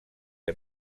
que